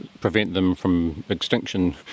prevent-them-from-extinction